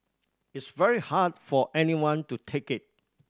it's very hard for anyone to take it